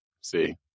See